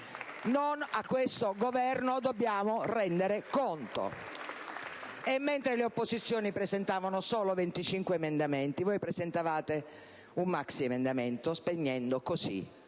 Non a questo Governo dobbiamo rendere conto. Mentre le opposizioni presentavano solo 25 emendamenti, voi presentavate un maxiemendamento solo